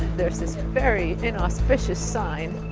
there's this very inauspicious sign.